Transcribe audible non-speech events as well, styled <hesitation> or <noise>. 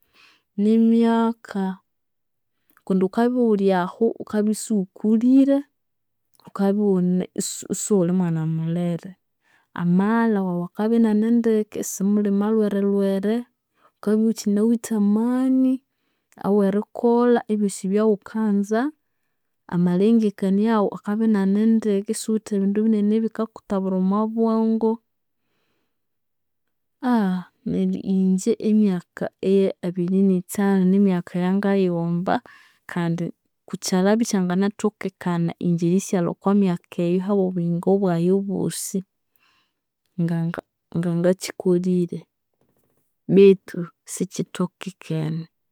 Nimyaka kundi ghukabya ighulyahu isighukulire, ghukabya ne isighuli mwana mulere. Amaghalha waghu akabya inianendeke, isimuli malhwerelhwere, ghukabya ighukyinawithe amani awerikolha ebyosi ebyaghukanza, amalengekaniaghu akabya inanendeke isighuwithe bindu binene ebikakutabura omwabwongo, <hesitation> neryo inje emyaka eya abirinithanu nimyaka eyangayighomba kandi kukyiryabya ikyanginathokekana inje erisighalha okwamyaka eyu ahabwobuyingo bwayi obwosi, nganga ngangakyikolire betu sikyithokekene.